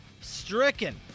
Stricken